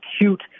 acute